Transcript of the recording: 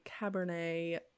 Cabernet